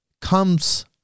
comes